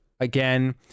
again